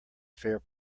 fair